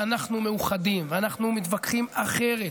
ואנחנו מאוחדים ואנחנו מתווכחים אחרת,